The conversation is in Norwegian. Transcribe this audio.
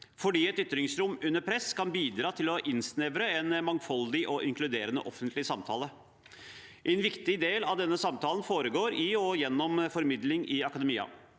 fordi et ytringsrom under press kan bidra til å innsnevre en mangfoldig og inkluderende offentlig samtale. En viktig del av denne samtalen foregår i og gjennom formidling i akademia.